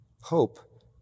hope